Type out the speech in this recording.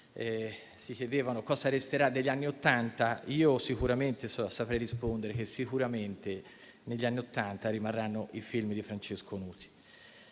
si chiedevano «Cosa resterà degli anni '80», sicuramente saprei rispondere che sicuramente degli anni '80 rimarranno i film di Francesco Nuti.